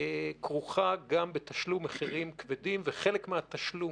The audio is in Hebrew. כרוך גם בתשלום מחירים כבדים וחלק מהתשלום